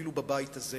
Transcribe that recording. אפילו בבית הזה,